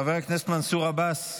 חבר הכנסת מנסור עבאס,